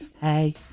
Hey